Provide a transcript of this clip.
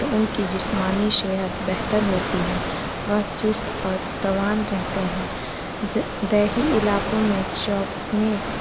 تو ان کی جسمانی صحت بہتر ہوتی ہے وہ چست اور توانا رہتے ہیں دیہی علاقوں میں چوکنے